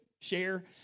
Share